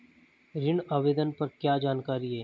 ऋण आवेदन पर क्या जानकारी है?